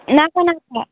नाका नाका